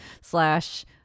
slash